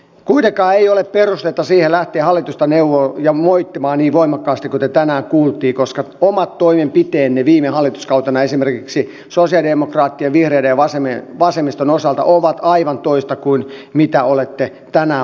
kuitenkaan ei ole perustetta lähteä hallitusta neuvomaan ja moittimaan niin voimakkaasti kuin tänään kuultiin koska omat toimenpiteenne viime hallituskautena esimerkiksi sosialidemokraattien vihreiden ja vasemmiston osalta ovat aivan toista kuin mitä olette tänään puhuneet